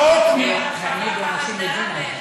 הרחבת ההגדרה,